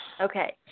Okay